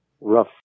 rough